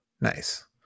nice